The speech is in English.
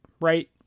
Right